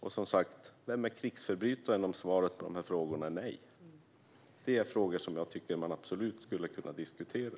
Och, som sagt, vem är krigsförbrytaren om svaret på dessa frågor är nej? Detta är frågor som jag tycker att man absolut skulle kunna diskutera.